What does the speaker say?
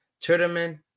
Tournament